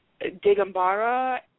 Digambara